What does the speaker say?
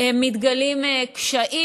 מתגלים קשיים.